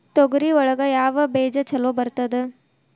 ತೊಗರಿ ಒಳಗ ಯಾವ ಬೇಜ ಛಲೋ ಬರ್ತದ?